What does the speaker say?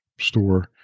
store